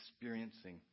experiencing